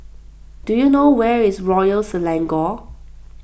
do you know where is Royal Selangor